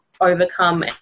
overcome